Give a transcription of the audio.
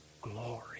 Glory